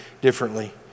differently